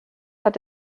hat